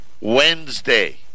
Wednesday